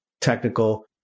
technical